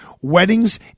weddings